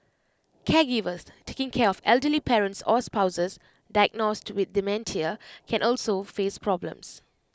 caregivers taking care of elderly parents or spouses diagnosed with dementia can also face problems